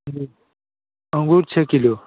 अंगूर छ किलो